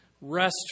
rest